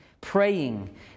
praying